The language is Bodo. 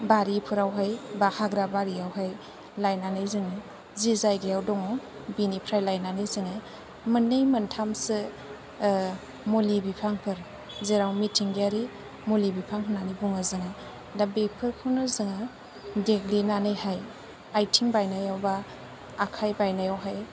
बारिफोरावहाय बा हाग्रा बारियाव हाय लायनानै जोङो जि जायगायाव दङ बिनिफ्राय लायनानै जोङो मोननै मोनथामसो मुलि बिफांखौ जेराव मिथिंगायारि मुलि बिफां होननानै बुङो जों दा बेफोरखौनो जोङो देग्लिनानैहाय आथिं बायनायाव बा आखाय बायनायाव हाय